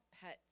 pets